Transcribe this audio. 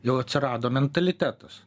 jau atsirado mentalitetas